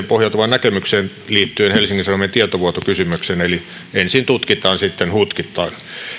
pohjautuvaan näkemykseen liittyen helsingin sanomien tietovuotokysymykseen eli ensin tutkitaan sitten hutkitaan